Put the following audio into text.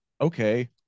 okay